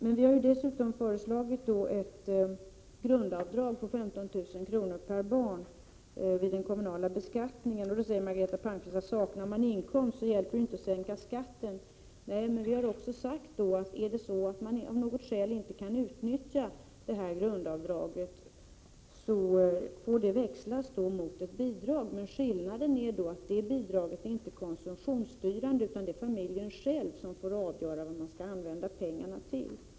Men vi har dessutom föreslagit ett grundavdrag på 15 000 kr. per barn vid den kommunala beskattningen. Då säger Margareta Palmqvist att saknar man inkomst hjälper det inte att sänka skatten. Nej, men vi har också sagt att om man av något skäl inte kan utnyttja grundavdraget får det växlas mot ett bidrag, men skillnaden är att det bidraget inte är konsumtionsstyrt utan det är familjen själv som får avgöra vad man skall använda pengarna till.